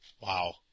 Wow